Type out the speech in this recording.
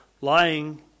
lying